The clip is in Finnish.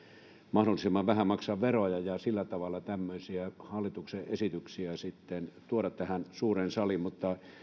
mahdollisimman vähän maksaa veroja ja sillä tavalla tämmöisiä hallituksen esityksiä sitten tuoda tähän suureen saliin mutta